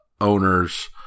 owners